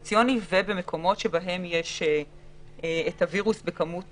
במקומות שבהם יש את הווירוס בכמות